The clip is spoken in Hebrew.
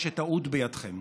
הרי שטעות בידכם.